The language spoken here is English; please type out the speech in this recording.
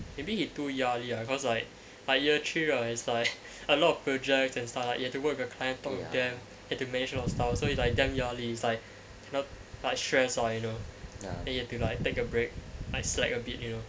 maybe he too 压力 lah cause like like year three right it's like a lot of projects and stuff you have to work with the client talk to them have to manage a lot of stuff so it's like damn 压力 it's like cannot like stress out you know then you have to like take a break like slack a bit you know